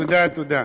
תודה, תודה.